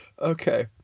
Okay